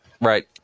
Right